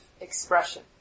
expression